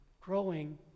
growing